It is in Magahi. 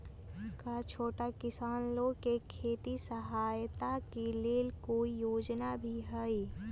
का छोटा किसान लोग के खेती सहायता के लेंल कोई योजना भी हई?